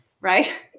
Right